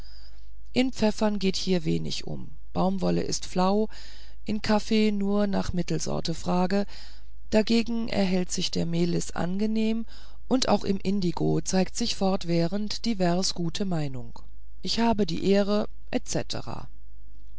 in pfeffern geht hier wenig um baumwolle ist flau in kaffee nur nach mittelsorte frage dagegen erhält sich der melis angenehm und auch im indigo zeigt sich fortwährend divers gute meinung ich habe die ehre